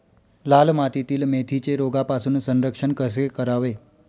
लाल मातीतील मेथीचे रोगापासून संरक्षण कसे करावे?